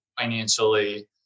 financially